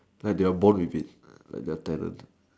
like they are born with it like they are talent